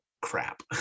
crap